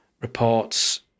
reports